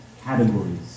categories